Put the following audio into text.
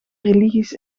religies